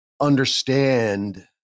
understand